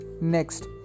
Next